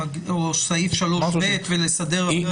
או בסעיף 3(ב) ולסדר את זה.